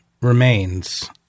remains